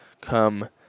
come